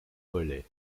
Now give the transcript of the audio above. volets